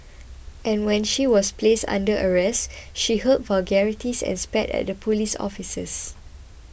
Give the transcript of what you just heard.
and when she was placed under arrest she hurled vulgarities and spat at the police officers